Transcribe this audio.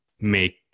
make